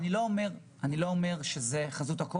אני מבינה שמה שאתה אומר זה מבוסס נתונים ואני מכבדת את זה,